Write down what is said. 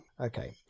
Okay